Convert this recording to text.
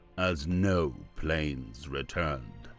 as no planes returned.